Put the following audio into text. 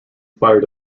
fire